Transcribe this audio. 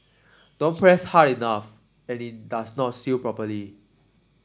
don't press hard enough and it does not seal properly